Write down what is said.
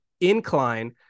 INCLINE